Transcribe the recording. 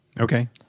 Okay